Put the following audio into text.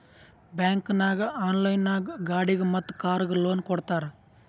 bank ನಾಗ್ online ನಾಗ್ ಗಾಡಿಗ್ ಮತ್ ಕಾರ್ಗ್ ಲೋನ್ ಕೊಡ್ತಾರ್